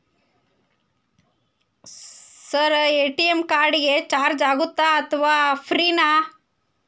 Sir ATM card ಗೆ charge ಆಗುತ್ತಾ ಅಥವಾ ಫ್ರೇ ನಾ?